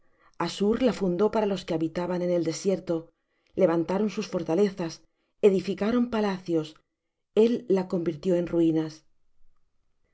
assur la fundó para los que habitaban en el desierto levantaron sus fortalezas edificaron sus palacios él la convirtió en ruinas